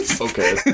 Okay